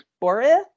Bora